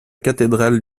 cathédrale